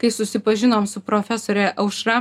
kai susipažinom su profesore aušra